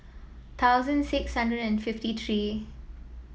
thousand six hundred and fifty three